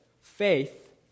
faith